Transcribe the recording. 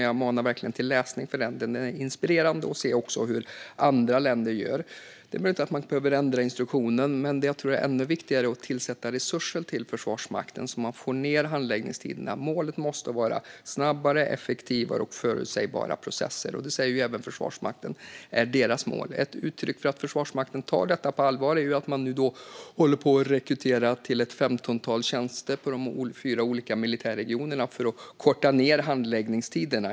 Jag manar verkligen till en läsning av den. Den är inspirerande, och man ser också hur andra länder gör. Det är möjligt att man inte behöver ändra instruktionen. Men det är ännu viktigare att tillsätta resurser till Försvarsmakten så att man får ned handläggningstiderna. Målet måste vara snabbare, effektivare och förutsägbara processer, och det säger även Försvarsmakten är deras mål. Ett uttryck för att Försvarsmakten tar detta på allvar är att man nu håller på att rekrytera till ett femtontal tjänster på de fyra olika militärregionerna för att korta ned handläggningstiderna.